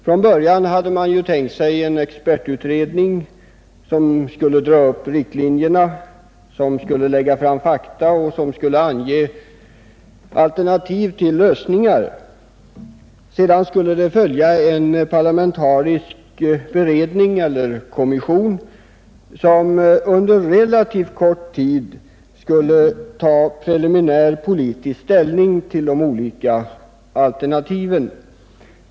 Från början hade man tänkt sig en expertutredning, som skulle dra upp riktlinjer, lägga fram fakta och ange alternativ till lösningar. Sedan skulle en parlamentarisk beredning eller kommission tillsättas, som på relativt kort tid skulle ta preliminär politisk ställning till de olika alternativen.